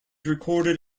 recorded